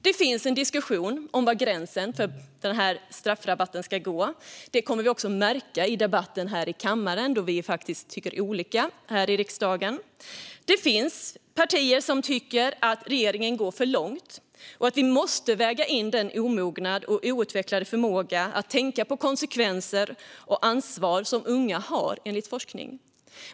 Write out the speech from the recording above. Det finns en diskussion om var gränsen för straffrabatten ska gå. Detta kommer att märkas i debatten här i kammaren, då vi faktiskt tycker olika här i riksdagen. Det finns partier som tycker att regeringen går för långt och att vi måste väga in den omognad och outvecklade förmåga att tänka på konsekvenser och ansvar som unga har, enligt forskning.